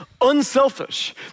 unselfish